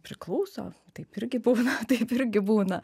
priklauso taip irgi būna taip irgi būna